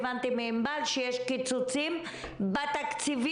הבנתי מענבל שיש קיצוצים בתקציבים.